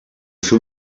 fer